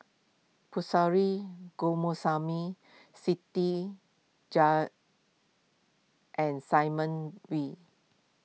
Siti Jah and Simon Wee